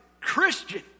Christian